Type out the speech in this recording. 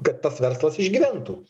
kad tas verslas išgyventų